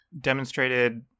demonstrated